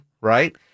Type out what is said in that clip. Right